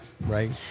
right